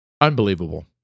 Unbelievable